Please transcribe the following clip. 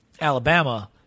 Alabama